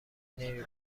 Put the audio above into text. نمی